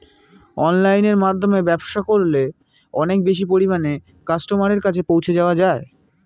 অনলাইনের মাধ্যমে ব্যবসা করলে অনেক বেশি পরিমাণে কাস্টমারের কাছে পৌঁছে যাওয়া যায়?